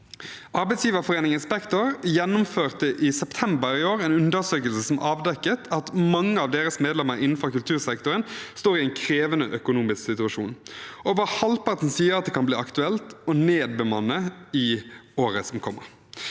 Arbeidsgiverforeningen Spekter gjennomførte i september i år en undersøkelse som avdekket at mange av deres medlemmer innenfor kultursektoren står i en krevende økonomisk situasjon. Over halvparten sier det kan bli aktuelt å nedbemanne i året som kommer.